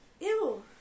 Ew